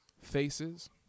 Faces